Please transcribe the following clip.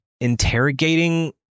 interrogating